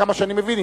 כמה שאני מבין,